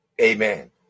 amen